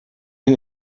den